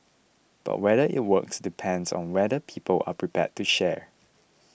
but whether it works depends on whether people are prepared to share